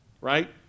Right